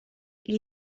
gli